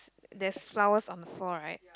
there's flowers on the floor right